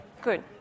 good